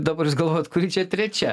dabar jūs galvojat kuri čia trečia